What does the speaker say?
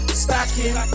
stacking